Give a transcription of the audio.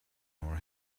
our